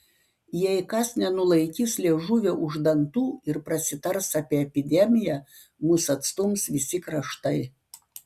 jei kas nenulaikys liežuvio už dantų ir prasitars apie epidemiją mus atstums visi kraštai